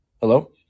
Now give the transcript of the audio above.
Hello